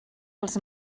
els